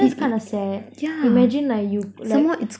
that's kinda sad imagine like you like